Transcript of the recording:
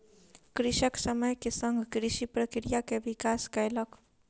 कृषक समय के संग कृषि प्रक्रिया के विकास कयलक